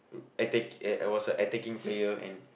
att~ I was a attacking player and